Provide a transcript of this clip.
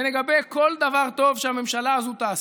ונגבה כל דבר טוב שהממשלה הזאת תעשה.